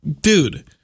dude